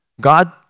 God